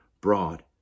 broad